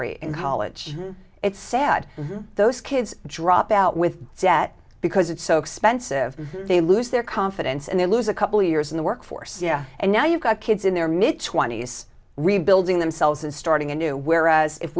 rate in college it's sad those kids drop out with debt because it's so expensive they lose their confidence and they lose a couple of years in the workforce yeah and now you've got kids in their mid twenties rebuilding themselves and starting a new whereas if